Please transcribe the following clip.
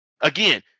again